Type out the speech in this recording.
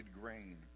grain